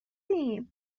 کردیم